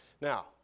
Now